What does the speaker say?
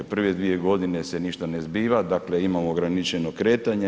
Prve dvije godine se ništa ne zbiva, dakle imamo ograničeno kretanje.